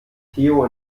theo